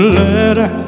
letter